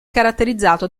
caratterizzato